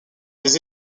des